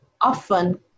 often